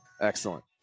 Excellent